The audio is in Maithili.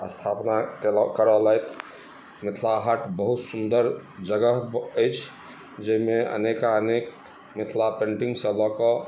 स्थापना केलहुॅं कयलथि मिथिला हाट बहुत सुन्दर जगह अछि जाहिमे अनेक अनेक मिथिला पेन्टिंगसँ लऽ कऽ